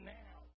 now